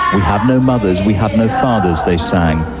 have no mothers, we have no fathers they sang,